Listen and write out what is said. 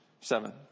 seven